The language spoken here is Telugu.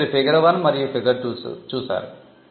ఇప్పుడు మీరు ఫిగర్ 1 మరియు 2 చూశారు